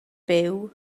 byw